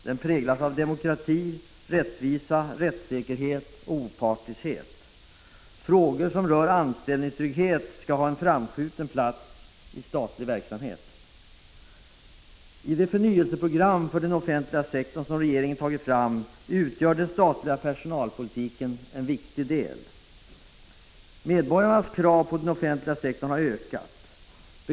Den skall präglas av demokrati, rättvisa, rättssäkerhet och opartiskhet. Frågor som rör anställningstrygghet skall ha en framskjuten plats i statlig verksamhet. I det förnyelseprogram för den offentliga sektorn som regeringen tagit fram utgör den statliga personalpolitiken en viktig del. Medborgarnas krav på den offentliga sektorn har ökat.